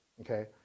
Okay